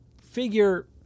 figure